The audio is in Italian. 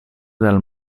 dal